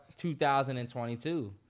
2022